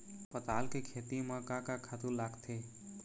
पताल के खेती म का का खातू लागथे?